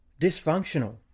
dysfunctional